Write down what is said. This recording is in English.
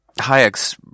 Hayek's